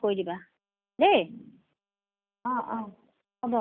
ঠিক আছে আপুনি হেৰি দি ডেৰশ কৰি দিওঁ অঁ ডেৰশ বোলে দুশ পঞ্চাছ কৰি দিব